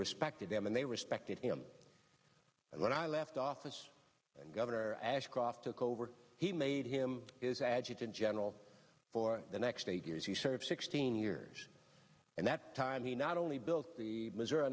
respected them and they respected him and when i left office governor ashcroft took over he made him is adjutant general for the next eight years he served sixteen years and that time he not only built the missouri